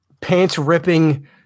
pants-ripping